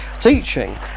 teaching